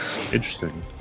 Interesting